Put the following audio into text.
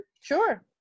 Sure